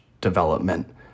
development